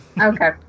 okay